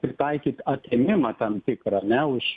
pritaikyt atėmimą tam tikrą ne už